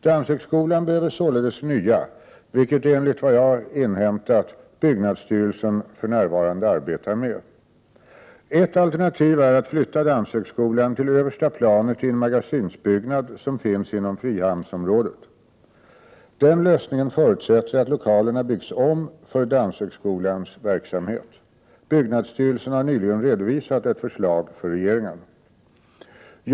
Danshögskolan behöver således nya lokaler, vilket, enligt vad jag har inhämtat, byggnadsstyrelsen för närvarande arbetar med. Ett alternativ är att flytta Danshögskolan till översta planet i en magasinsbyggnad som finns inom frihamnsområdet. Denna lösning förutsätter att lokalerna byggs om för Danshögskolans verksamhet. Byggnadsstyrelsen har nyligen redovisat ett förslag för regeringen.